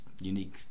unique